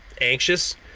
anxious